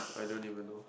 I don't even know